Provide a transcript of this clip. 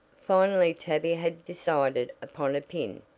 finally tavia had decided upon a pin.